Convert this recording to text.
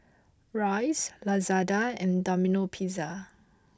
Royce Lazada and Domino Pizza